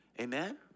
Amen